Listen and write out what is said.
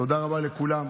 תודה רבה לכולם,